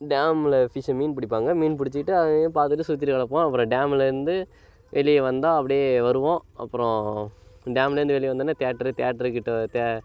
டேமில் ஃபிஷ்ஷு மீன் பிடிப்பாங்க மீன் பிடிச்சிக்கிட்டு அது இதுன்னு பார்த்துட்டு சுற்றிட்டு கிடப்போம் அப்புறம் டேமுயிலேருந்து வெளியே வந்தால் அப்படியே வருவோம் அப்புறம் டேமிலேருந்து வெளியே வந்தோனே தியேட்ரு தியேட்ரு கிட்டே தே